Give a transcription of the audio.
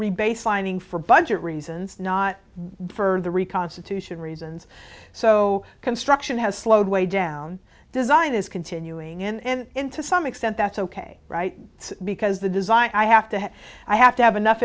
rebase lining for budget reasons not for the reconstitution reasons so construction has slowed way down design is continuing and in to some extent that's ok right because the design i have to have i have to have enough